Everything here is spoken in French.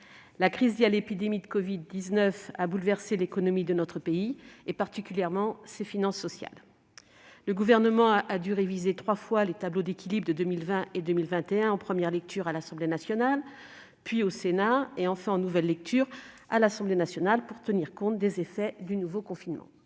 La crise liée à l'épidémie de covid-19 a bouleversé l'économie de notre pays, particulièrement ses finances sociales. Le Gouvernement a dû réviser trois fois les tableaux d'équilibre de 2020 et 2021, à savoir en première lecture à l'Assemblée nationale, puis, au Sénat, et, enfin, en nouvelle lecture à l'Assemblée nationale, pour tenir compte des effets du nouveau confinement.